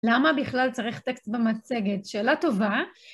למה בכלל צריך טקסט במצגת? שאלה טובה.